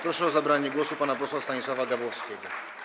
Proszę o zabranie głosu pana posła Stanisława Gawłowskiego.